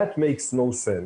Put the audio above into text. That makes no sense.